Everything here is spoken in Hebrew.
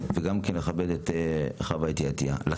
וגם מכבד את חוה אתי עטיה אני רוצה להשאיר את הדיון הזה.